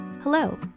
Hello